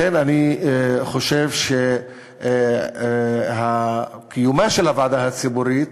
לכן אני חושב שקיומה של הוועדה הציבורית,